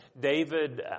David